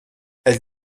elle